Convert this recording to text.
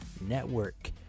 Network